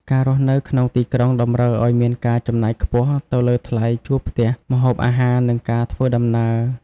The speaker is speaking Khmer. ការរស់នៅក្នុងទីក្រុងតម្រូវឱ្យមានការចំណាយខ្ពស់ទៅលើថ្លៃជួលផ្ទះ ម្ហូបអាហារ និងការធ្វើដំណើរ។